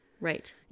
right